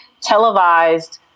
televised